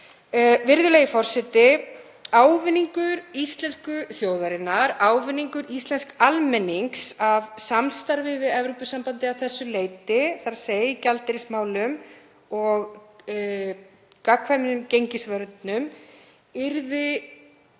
Virðulegi forseti. Ávinningur íslensku þjóðarinnar, ávinningur íslensks almennings af samstarfi við Evrópusambandið að þessu leyti, í gjaldeyrismálum og gagnkvæmum gengisvörnum, yrði,